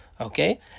Okay